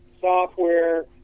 software